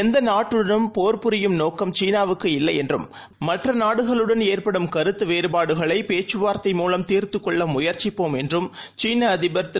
எந்தநாட்டுடனும்போர்புரியும்நோக்கம்சீனாவுக்குஇல்லைஎன்றும் மற்றநாடுகளுடன்ஏற்படும்கருத்துவேறுபாடுகளைபேச்சுவார்த்தைமூலம்தீர்த்துகொள்ளமுயற் சிப்போம்என்றும்சீனஅதிபர்திரு